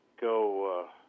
go